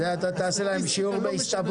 אתה תעשה להם שיעור בהסתברות.